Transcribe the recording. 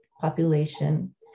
population